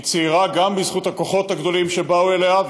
היא צעירה גם בזכות הכוחות הגדולים שבאו אליה,